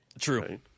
True